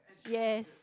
yes